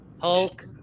hulk